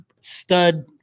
stud